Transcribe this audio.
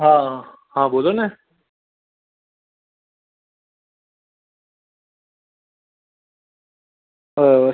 હા હા બોલોને